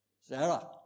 Sarah